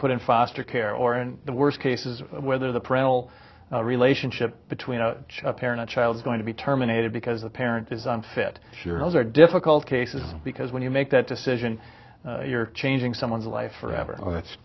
put in foster care or in the worst cases whether the parental relationship between parent and child going to be terminated because a parent is unfit sure those are difficult cases because when you make that decision you're changing someone's life forever that's